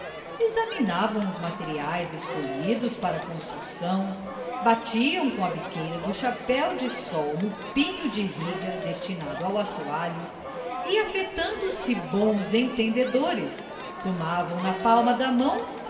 vizinho examinavam os materiais escolhidos para a construção batiam com a biqueira do chapéu de sol no pinho de riga destinado ao assoalho e afetando se bons entendedores tomavam na palma da mão